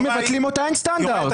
אם מבטלים אותה אין סטנדרט.